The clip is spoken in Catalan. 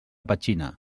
petxina